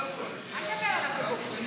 אל תדבר אליו בגוף שלישי.